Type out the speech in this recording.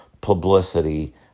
publicity